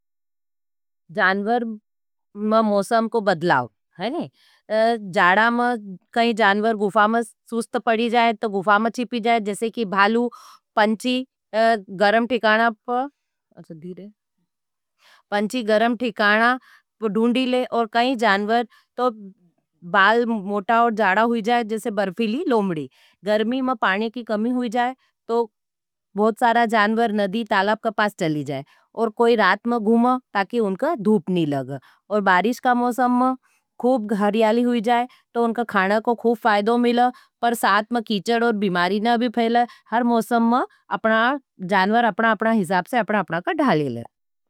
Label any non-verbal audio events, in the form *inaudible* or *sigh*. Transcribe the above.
जानवर में मोसम को बदलाओ। है नी, जाड़ा में कई जानवर गुफा में सुस्त पड़ी जाये तो गुफा में छिपी जाये। जैसे की भालू, पंची गरम ठीकाना *hesitation* ढूँढी ले और काई जानवर तो बाल मोटा और जाड़ा हुई जाये, जैसे बर्फिली लोमडी। गरमी में पाने की कमी हुई जाये तो बहुत सारा जानवर नदी तालाब का पास चली जाये। और कोई रात में घुमा ताकि उनका धूप नी लगे। और बारिश का मोसम में खुब हरियाली हुई जाये तो उनका खाना को खुब फाइदो मिले। पर साथ में कीचड और बिमारी ने भी फैले, हर मोसम में जानवर अपना-अपना हिसाब से अपना अपना का ढाली ले।